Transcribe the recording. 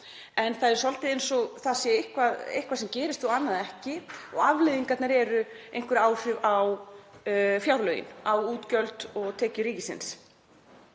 en það er svolítið eins og það sé eitthvað sem gerist og annað ekki og afleiðingarnar eru einhver áhrif á fjárlögin, á útgjöld og tekjur ríkisins.